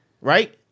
right